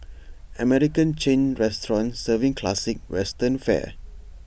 American chain restaurant serving classic western fare